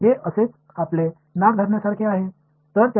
எனவே இது உங்கள் மூக்கை இந்த வழியில் பிடிப்பது போன்றது